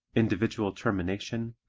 individual termination,